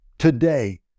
Today